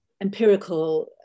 empirical